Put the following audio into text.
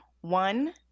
one